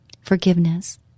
forgiveness